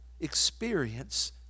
experience